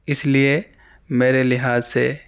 اس لیے میرے لحاظ سے